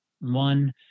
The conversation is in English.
one